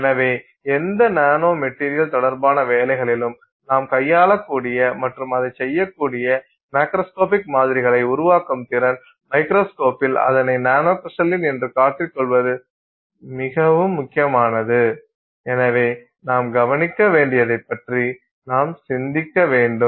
எனவே எந்த nano material தொடர்பான வேலைகளிலும் நாம் கையாளக்கூடிய மற்றும் அதைச் செய்யக்கூடிய மேக்ரோஸ்கோபிக் மாதிரிகளை உருவாக்கும் திறன் மைக்ரோஸ்கோப்பில் அதனை நானோ கிரிஸ்டலின் என்று காட்டிக் கொள்வது மிகவும் முக்கியமானது எனவே நாம் கவனிக்க வேண்டியதைப் பற்றி நாம் சிந்திக்க வேண்டும்